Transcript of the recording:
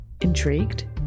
Intrigued